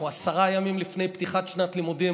אנחנו עשרה ימים לפני פתיחת שנת לימודים.